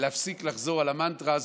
ולהפסיק לחזור על המנטרה הזאת: